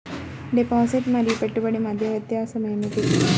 Deposit మరియు పెట్టుబడి మధ్య వ్యత్యాసం ఏమిటీ?